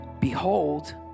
Behold